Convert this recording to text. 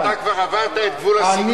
אני אדם מסוכן ואתה כבר עברת את גבול הסיכון.